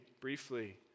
briefly